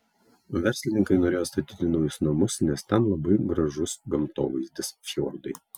verslininkai norėjo statyti naujus namus nes ten labai gražus gamtovaizdis fjordai